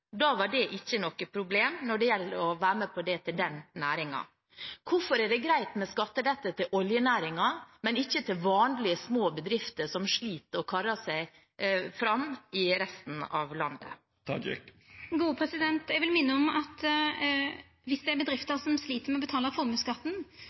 Da var det ikke noe problem, da det gjaldt å være med på det til den næringen. Hvorfor er det greit med skattelette til oljenæringen, men ikke til vanlige små bedrifter i resten av landet som sliter og karrer seg fram? Eg vil minna om at viss det er